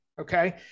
Okay